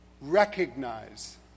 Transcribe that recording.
recognize